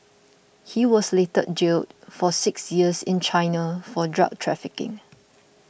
he was later jailed for six years in China for drug trafficking